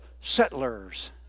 settlers